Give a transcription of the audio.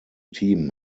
team